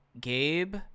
Gabe